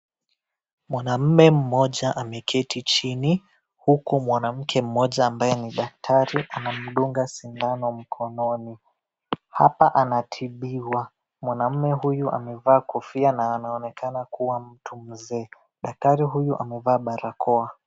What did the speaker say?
Mwanaume mmoja ameketi chini, huku mwanamke mmoja ambaye ni daktari anamdunga sindano mkononi. Hapa anatibiwa. Mwanaume huyu amevaa kofia na anaonekana kuwa mtu mzee. Daktari huyu amevaa barakoa.